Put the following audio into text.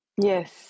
Yes